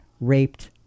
raped